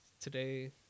today